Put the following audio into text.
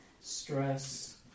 Stress